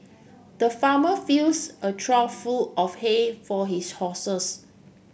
the farmer fills a trough full of hay for his horses